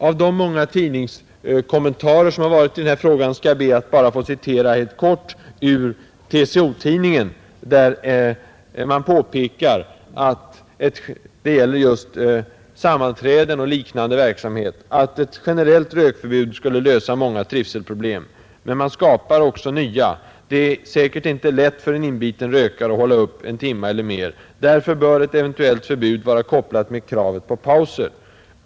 Av de många tidningskommentarer som har förekommit i den här frågan ber jag bara att kort få citera en ur TCO-tidningen, som gäller just sammanträden och liknande verksamhet: ”Ett generellt rökförbud skulle lösa många trivselproblem. Men man skapar samtidigt nya. Det är säkert inte lätt för en inbiten rökare att hålla upp en timme eller mer. Därför bör ett eventuellt förbud vara kopplat med kravet på pauser.